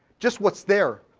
just what's there.